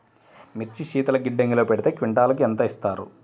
మిర్చి శీతల గిడ్డంగిలో పెడితే క్వింటాలుకు ఎంత ఇస్తారు?